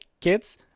kids